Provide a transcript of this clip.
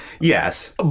Yes